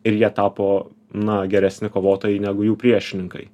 ir jie tapo na geresni kovotojai negu jų priešininkai